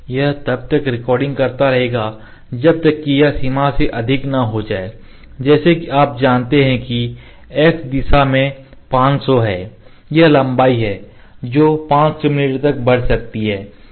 यह तब तक रिकॉर्डिंग करता रहेगा जब तक कि यह सीमा से अधिक न हो जाए जैसा कि आप जानते हैं कि x दिशा में 500 है यह लंबाई है जो 500 मिमी तक बढ़ सकती है